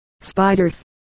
Spiders